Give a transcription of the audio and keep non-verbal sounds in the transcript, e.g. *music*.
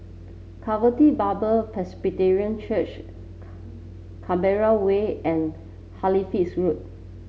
Calvaty Bible Presbyterian Church *noise* Canberra Way and Halifax Road